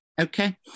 okay